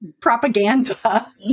propaganda